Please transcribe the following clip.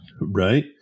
Right